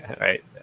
right